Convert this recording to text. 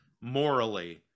morally